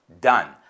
done